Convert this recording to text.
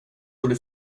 borde